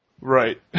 Right